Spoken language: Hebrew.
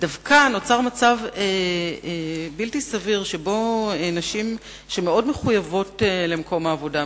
ודווקא נוצר מצב בלתי סביר שבו נשים שמאוד מחויבות למקום העבודה,